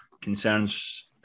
concerns